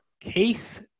Case